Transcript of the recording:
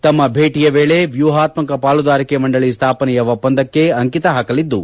ತಮ್ನ ಭೇಟಿಯ ವೇಳೆ ವ್ಲೂಪಾತ್ತಕ ಪಾಲುದಾರಿಕೆ ಮಂಡಳಿ ಸ್ನಾಪನೆಯ ಒಪ್ಪಂದಕ್ಕೆ ಅಂಕಿತ ಹಾಕಲಿದ್ದು